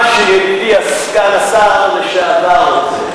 מה שידידי סגן השר לשעבר ירצה.